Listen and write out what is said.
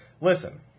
Listen